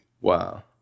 Wow